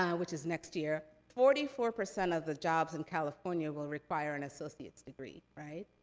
um which is next year, forty four percent of the jobs in california will require an associate's degree, right?